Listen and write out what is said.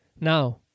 Now